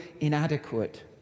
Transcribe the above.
inadequate